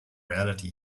reality